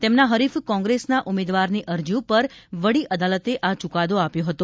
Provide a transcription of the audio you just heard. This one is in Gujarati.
તેમના હરિફ કોંપ્રેસના ઉમેદવારની અરજી ઉપર વડી અદાલતે આ ચૂકાદો આપ્યો હતો